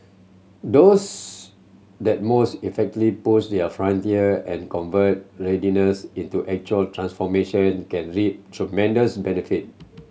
those that most effectively push a frontier and convert readiness into actual transformation can reap tremendous benefit